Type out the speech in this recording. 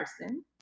person